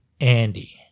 Andy